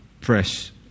press